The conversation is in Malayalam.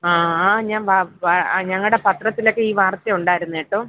ആ ആ ഞാൻ ഞങ്ങളുടെ പത്രത്തിലൊക്കെ ഈ വാർത്ത ഉണ്ടായിരുന്നേട്ടോ